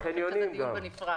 אני חושבת שזה דיון נפרד.